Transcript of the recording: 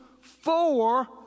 four